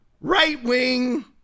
right-wing